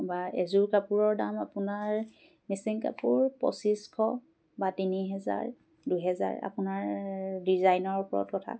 বা এযোৰ কাপোৰৰ দাম আপোনাৰ মিচিং কাপোৰবোৰ পঁচিছশ বা তিনি হেজাৰ দুহেজাৰ আপোনাৰ ডিজাইনৰ ওপৰত কথা